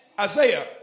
Isaiah